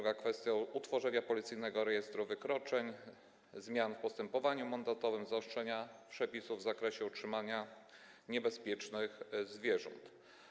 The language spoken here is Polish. Kolejne kwestie dotyczą utworzenia policyjnego rejestru wykroczeń, zmian w postępowaniu mandatowym, zaostrzenia przepisów w zakresie trzymania niebezpiecznych zwierząt.